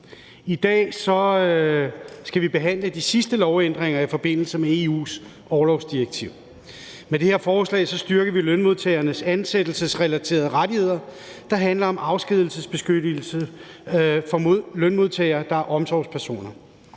I dag skal vi behandle de sidste lovændringer i forbindelse med EU's orlovsdirektiv. Med det her forslag styrker vi lønmodtagernes ansættelsesrelaterede rettigheder, der handler om afskedigelsesbeskyttelse for lønmodtagere, der er omsorgspersoner.